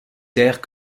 terres